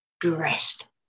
dressed